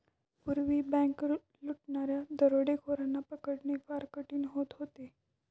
पूर्वी बँक लुटणाऱ्या दरोडेखोरांना पकडणे फार कठीण होत होते